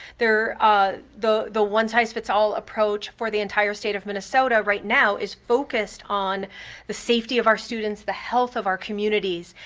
ah the the one size fits all approach for the entire state of minnesota right now is focused on the safety of our students, the health of our communities,